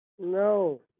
No